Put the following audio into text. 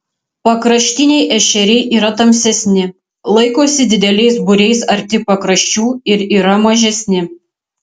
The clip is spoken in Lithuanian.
pakraštiniai ešeriai yra tamsesni laikosi dideliais būriais arti pakraščių ir yra mažesni